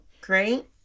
Great